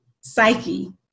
psyche